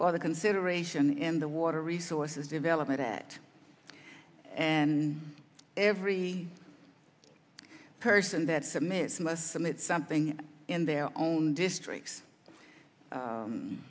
the consideration in the water resources development at and every person that submits must submit something in their own districts